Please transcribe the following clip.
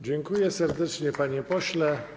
Dziękuję serdecznie, panie pośle.